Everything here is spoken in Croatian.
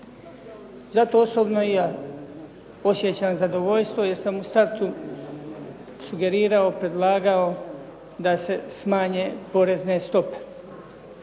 Zato osobno i ja osjećam zadovoljstvo jer sam u startu sugerirao, predlagao da se smanje porezne stope.